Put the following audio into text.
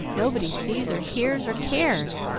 nobody sees or hears or cares,